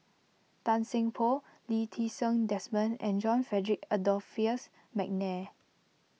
Tan Seng Poh Lee Ti Seng Desmond and John Frederick Adolphus McNair